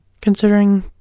considering